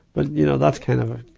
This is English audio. but, you know, that's kind of,